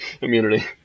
immunity